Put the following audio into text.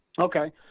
Okay